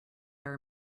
are